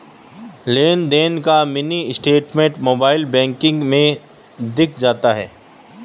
लेनदेन का mini statement mobile banking में दिख जाता है